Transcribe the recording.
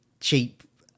cheap